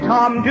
Tom